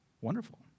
Wonderful